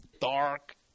dark